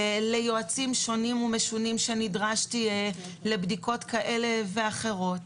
ליועצים שונים ומשונים שנדרשתי לבדיקות כאלה ואחרות,